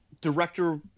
director